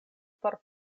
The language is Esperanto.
por